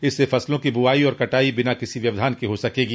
इससे फसलों की बुआई और कटाई बिना किसी व्यवधान के हो सकेगी